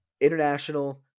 international